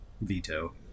Veto